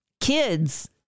kids